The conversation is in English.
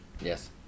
Yes